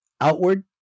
outward